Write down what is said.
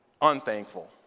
unthankful